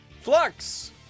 Flux